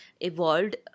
evolved